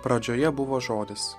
pradžioje buvo žodis